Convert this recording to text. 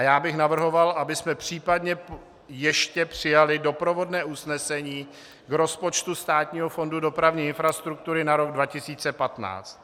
Já bych navrhoval, abychom případně ještě přijali doprovodné usnesení k rozpočtu Státního fondu dopravní infrastruktury na rok 2015.